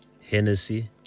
Hennessy